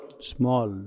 small